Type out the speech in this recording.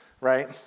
Right